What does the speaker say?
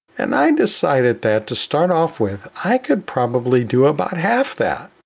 and i decided that to start off with, i could probably do about half that.